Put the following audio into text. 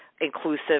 inclusive